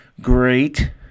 great